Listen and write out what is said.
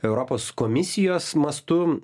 europos komisijos mastu